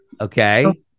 Okay